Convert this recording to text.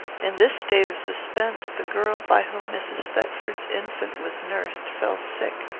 in this state of suspense, the girl by whom mrs. thetford's infant was nursed fell sick.